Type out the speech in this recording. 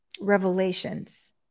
revelations